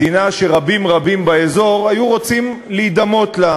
מדינה שרבים רבים באזור היו רוצים להידמות לה,